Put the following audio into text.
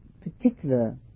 particular